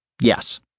Yes